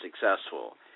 successful